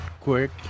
quick